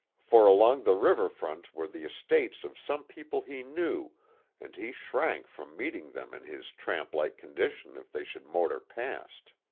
for along the river front were the estates of some people he knew and he shrank from meeting them in his tramplike condition if they should motor past.